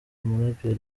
umuraperi